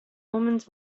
omens